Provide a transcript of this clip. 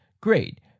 Great